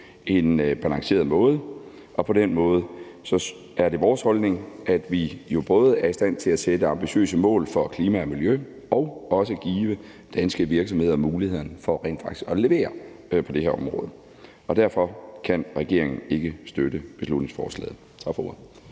en balanceret måde. På den måde er det vores holdning, at vi både er i stand til at sætte ambitiøse mål for klima og miljø og også give danske virksomheder mulighed for rent faktisk at levere på det her område. Derfor kan regeringen ikke støtte beslutningsforslaget.